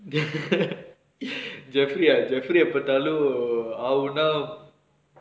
jeffry ah jeffry எப்ப பாத்தாலும் ஆவுனா:eppa paathaalum aavunaa